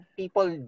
people